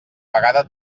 vegada